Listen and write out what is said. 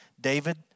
David